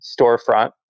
storefront